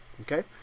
okay